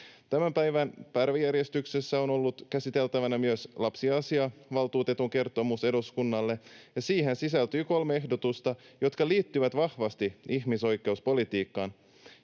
Tämän päivän päiväjärjestyksessä on ollut käsiteltävänä myös lapsiasiavaltuutetun kertomus eduskunnalle, ja siihen sisältyy kolme ehdotusta, jotka liittyvät vahvasti ihmisoikeuspolitiikkaan,